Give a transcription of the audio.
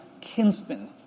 kinsmen